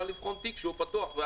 גם לבחון תיק פתוח במשך שלוש שנים,